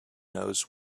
knows